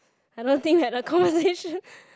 I don't think we are the close